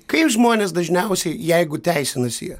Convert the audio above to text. kaip žmonės dažniausiai jeigu teisinasi jie